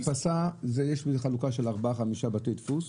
הדפסה יש חלוקה של ארבעה-חמישה בתי דפוס.